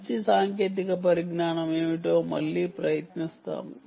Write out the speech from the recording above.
మంచి సాంకేతిక పరిజ్ఞానం ఏమిటో మళ్ళీ ప్రయత్నిస్తాము